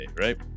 right